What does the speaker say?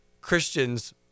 Christians